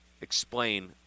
explain